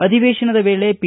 ಅಧಿವೇಶನದ ವೇಳೆ ಪಿ